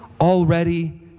already